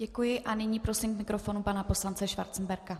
Děkuji a nyní prosím k mikrofonu pana poslance Schwarzenberga.